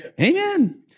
Amen